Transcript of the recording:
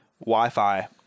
Wi-Fi